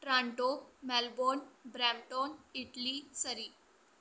Toronto Melbourne Brampton Italy Surrey